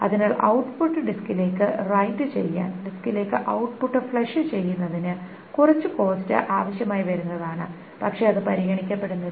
അതിനാൽ ഔട്ട്പുട്ട് ഡിസ്കിലേക്ക് റൈറ്റ് ചെയ്യാൻ ഡിസ്കിലേക്ക് ഔട്ട്പുട്ട് ഫ്ലഷ് ചെയ്യുന്നതിന് കുറച്ച് കോസ്റ്റ് ആവശ്യമായി വരുന്നതാണ് പക്ഷേ അത് പരിഗണിക്കപ്പെടുന്നില്ല